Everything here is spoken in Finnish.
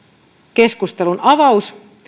keskustelun avaus